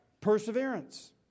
perseverance